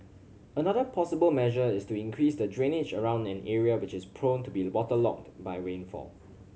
another possible measure is to increase the drainage around an area which is prone to be waterlogged by rainfall